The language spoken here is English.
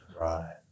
right